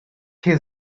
his